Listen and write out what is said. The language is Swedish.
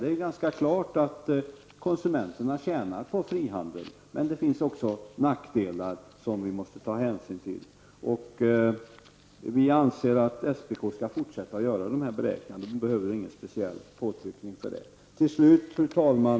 Det är ganska självklart att konsumenterna tjänar på frihandel, men det finns också nackdelar som vi måste ta hänsyn till. Vi anser att SPK skall fortsätta att göra dessa beräkningar, och det behövs ingen speciell påtryckning för detta. Fru talman!